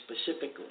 specifically